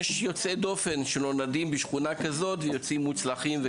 יש יוצאי דופן שנולדים בשכונה כזאת ויוצאים מוצלחים,